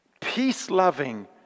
peace-loving